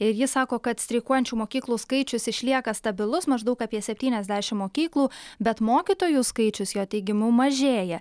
ir jis sako kad streikuojančių mokyklų skaičius išlieka stabilus maždaug apie septyniasdešimt mokyklų bet mokytojų skaičius jo teigimu mažėja